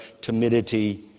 timidity